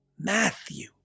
Matthew